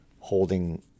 holding